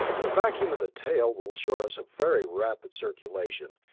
the vacuum at the tail will assure us a very rapid circulation,